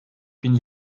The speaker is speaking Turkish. bin